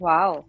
Wow